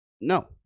No